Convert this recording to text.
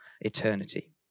eternity